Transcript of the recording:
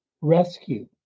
rescue